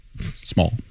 Small